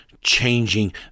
changing